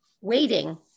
waiting